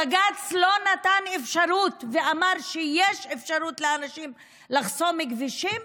בג"ץ לא נתן אפשרות ואמר שיש אפשרות לאנשים לחסום כבישים?